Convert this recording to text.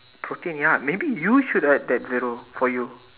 protein ya maybe you should add that zero for you